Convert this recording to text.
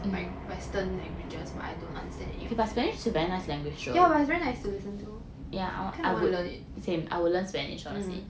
my western languages but I don't understand yeah it's very nice to listen to I kind of want to learn it mm